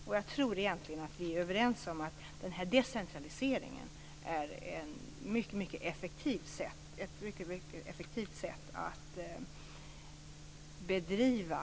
Och jag tror egentligen att vi är överens om att den här decentraliseringen är ett mycket effektivt sätt att bedriva en bra regionalpolitik på.